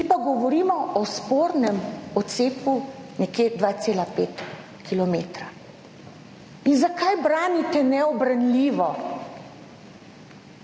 mi pa govorimo o spornem odcepu nekje 2,5 kilometra. In zakaj branite neubranljivo?